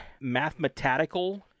mathematical